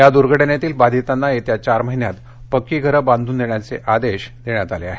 या दुर्घटनेतील बाधितांना येत्या चार महिन्यात पक्की घरं बांधून देण्याचे आदेश देण्यात आले आहेत